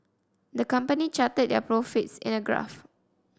the company charted their profits in a graph